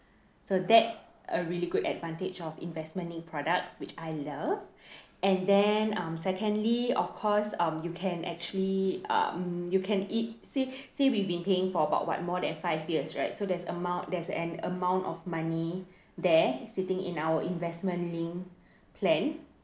so that's a really good advantage of investment linked products which I love and then um secondly of course um you can actually um you can it say say we've been paying for about what more than five years right so there's amount there's an amount of money there sitting in our investment linked plan